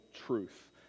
truth